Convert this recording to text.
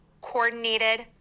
coordinated